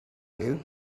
you